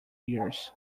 ears